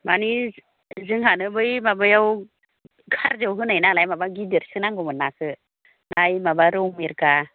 माने जोंहानो बै माबायाव खारजुवाव होनाय नालाय माबा गिदिरसो नांगौमोन नाखौ नाय माबा रौ मिरगा